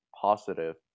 positive